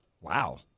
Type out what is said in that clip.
Wow